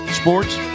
sports